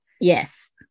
Yes